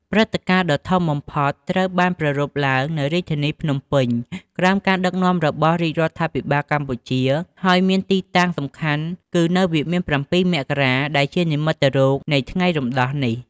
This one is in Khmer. ព្រឹត្តិការណ៍ដ៏ធំបំផុតត្រូវបានប្រារព្ធឡើងនៅរាជធានីភ្នំពេញ ក្រោមការដឹកនាំរបស់រាជរដ្ឋាភិបាលកម្ពុជា ហើយមានទីតាំងសំខាន់គឺនៅវិមាន៧ មករា ដែលជានិមិត្តរូបនៃថ្ងៃរំដោះនេះ។